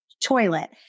toilet